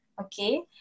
okay